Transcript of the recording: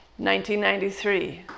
1993